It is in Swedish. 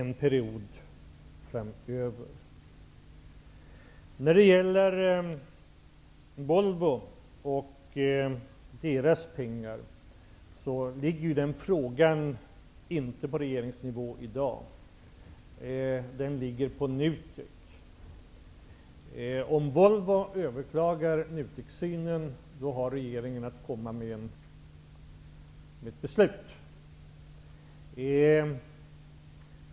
Frågan om Volvo och pengarna ligger i dag inte på regeringsnivå. Den frågan ligger hos NUTEK. Om Volvo överklagar NUTEK:s ställningstagande har regeringen att fatta beslut.